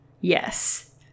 Yes